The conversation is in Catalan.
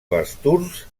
basturs